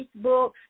Facebook